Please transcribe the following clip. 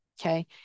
Okay